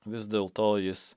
vis dėlto jis